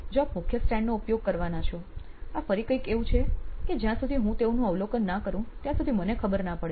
જો આપ મુખ્ય સ્ટેન્ડ નો ઉપયોગ કરવાના છો આ ફરી કઈંક એવું છે કે જ્યાં સુધી હું તેઓનું અવલોકન ના કરું ત્યાં સુધી મને ખબર ના પડે